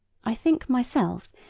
i think, myself,